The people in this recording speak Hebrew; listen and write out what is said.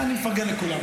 לסיעה.